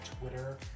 twitter